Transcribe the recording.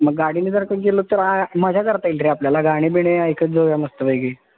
मग गाडीने जर का गेलो तर आ मजा करता येईल रे आपल्याला गाणी बिणी ऐकत जाऊया मस्तपैकी